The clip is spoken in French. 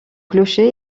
clocher